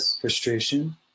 frustration